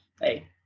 hey